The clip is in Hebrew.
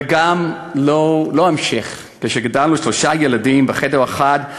וגם לא ההמשך, כשגידלנו שלושה ילדים בחדר אחד,